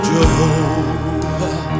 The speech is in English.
Jehovah